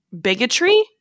bigotry